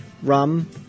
rum